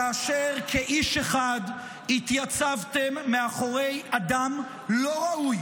כאשר כאיש אחד התייצבתם מאחורי אדם לא ראוי